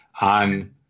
on